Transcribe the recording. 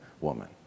woman